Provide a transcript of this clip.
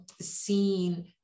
seen